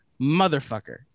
motherfucker